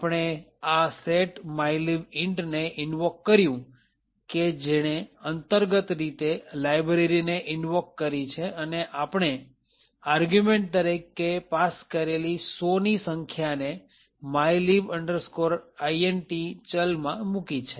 આપણે આ set mylib int ને ઇન્વોક કર્યું કે જેણે અંતર્ગત રીતે લાયબ્રેરીને ઇન્વોક કરી છે અને આપણે આર્ગ્યુંમેન્ટ તરીકે પાસ કરેલી ૧૦૦ની સંખ્યાને mylib int ચલમાં મૂકી છે